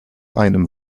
einem